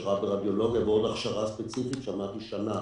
הכשרה ברדיולוגיה ועוד הכשרה ספציפית של שנה